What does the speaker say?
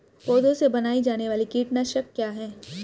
पौधों से बनाई जाने वाली कीटनाशक क्या है?